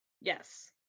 Yes